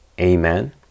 Amen